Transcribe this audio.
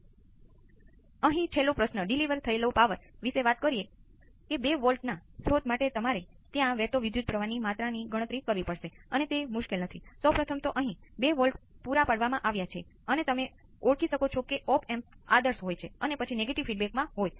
તેથી બીજા શબ્દોમાં કહીએ તો જો તમારી પાસે પ્રથમ ઓર્ડર સર્કિટ કરે છે